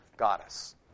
goddess